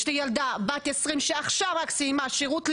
יש לי ילדה בת 20 שעכשיו רק סיימה שירות לאומי,